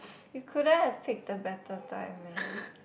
you couldn't have picked the better time man